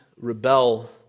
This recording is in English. rebel